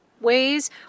ways